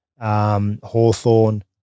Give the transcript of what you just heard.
Hawthorne